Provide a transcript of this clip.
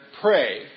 pray